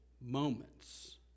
moments